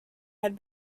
had